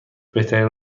بهترین